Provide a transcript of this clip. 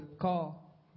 call